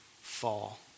fall